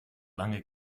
lange